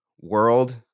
world